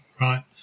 right